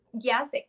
Yes